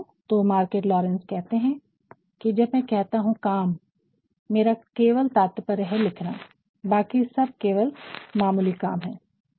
तो Margaret Laurence कहते हैं कि" जब मैं कहता हूं "काम" मेरा केवल तात्पर्य है लिखना बाकी सब केवल मामूली काम है"